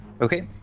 Okay